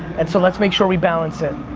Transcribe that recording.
and so let's make sure we balance it.